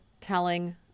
telling